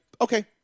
okay